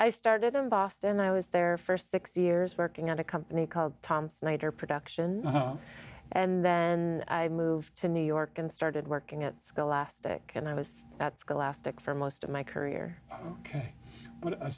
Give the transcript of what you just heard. i started in boston i was there for six years working at a company called tom snyder productions and then i moved to new york and started working at scholastic and i was at school lastic for most of my career ok